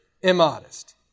immodest